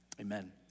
amen